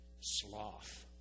sloth